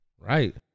Right